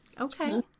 Okay